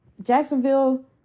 Jacksonville